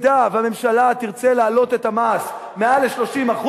שאם הממשלה תרצה להעלות את המס מעל 30%